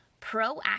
proactive